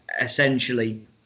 essentially